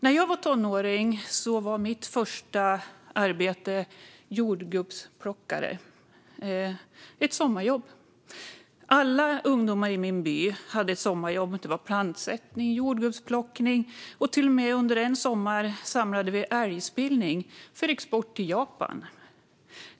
När jag var tonåring var mitt första arbete jordgubbsplockare - ett sommarjobb. Alla ungdomar i min by hade ett sommarjobb. Det var plantsättning och jordgubbsplockning, och under en sommar samlade vi till och med älgspillning för export till Japan.